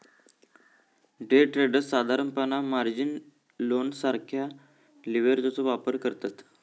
day traders साधारणपणान margin loan सारखा लीव्हरेजचो वापर करतत